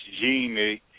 gene